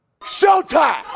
Showtime